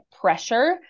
pressure